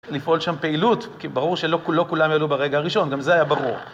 לפעול שם פעילות, כי ברור שלא כולם יעלו ברגע הראשון, גם זה היה ברור.